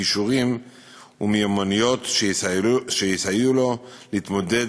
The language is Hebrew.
כישורים ומיומנויות שיסייעו לו להתמודד